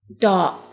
dark